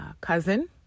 cousin